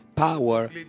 power